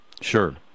Sure